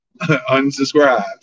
unsubscribed